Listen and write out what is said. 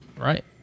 Right